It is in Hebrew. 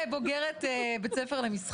בוקר טוב לכולם.